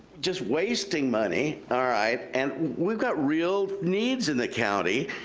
just wasting money, alright, and we've got real needs in the county.